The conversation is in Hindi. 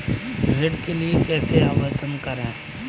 ऋण के लिए कैसे आवेदन करें?